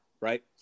right